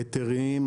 היתרים,